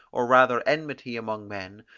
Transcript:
or rather enmity among men,